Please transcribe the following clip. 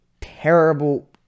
terrible